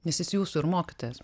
nes jis jūsų ir mokytojas